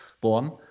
Born